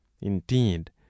Indeed